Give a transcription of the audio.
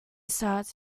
started